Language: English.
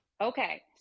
Okay